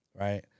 right